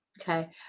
okay